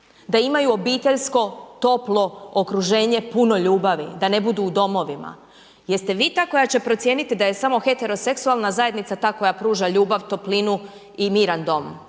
da imaju obiteljsko, toplo okruženje puno ljubavi, da ne budu u domovima. Jeste vi ta koja će procijeniti da je samo heteroseksualna zajednica ta koja pruža ljubav, toplinu i miran dom?